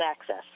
access